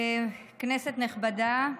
כנסת נכבדה,